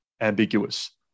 Ambiguous